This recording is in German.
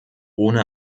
ohne